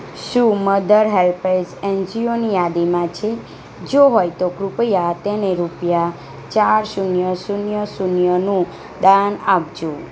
શું Mother HelpAge એનજીઓની યાદીમાં છે જો હોય તો કૃપયા તેને રૂપિયા ચાર શૂન્ય શૂન્ય શૂન્યનું દાન આપજો